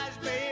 baby